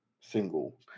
single